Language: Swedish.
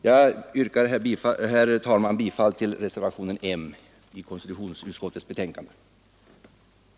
Jag yrkar, herr talman, bifall till reservationen M vid konstitutionsutskottets betänkande nr 22.